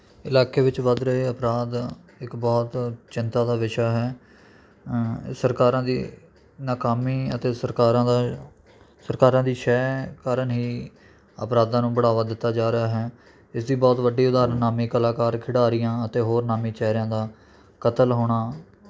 ਇਲਾਕੇ ਵਿੱਚ ਵੱਧ ਰਹੇ ਅਪਰਾਧ ਇੱਕ ਬਹੁਤ ਚਿੰਤਾ ਦਾ ਵਿਸ਼ਾ ਹੈ ਸਰਕਾਰਾਂ ਦੀ ਨਾਕਾਮੀ ਅਤੇ ਸਰਕਾਰਾਂ ਦਾ ਸਰਕਾਰਾਂ ਦੀ ਸ਼ੈਅ ਕਾਰਨ ਹੀ ਅਪਰਾਧਾਂ ਨੂੰ ਬੜਾਵਾ ਦਿੱਤਾ ਜਾ ਰਿਹਾ ਹੈ ਇਸ ਦੀ ਬਹੁਤ ਵੱਡੀ ਉਦਾਹਰਨ ਨਾਮੀ ਕਲਾਕਾਰ ਖਿਡਾਰੀਆਂ ਅਤੇ ਹੋਰ ਨਾਮੀ ਚਿਹਰਿਆਂ ਦਾ ਕਤਲ ਹੋਣਾ